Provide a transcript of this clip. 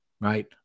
right